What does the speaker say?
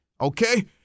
Okay